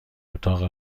اتاق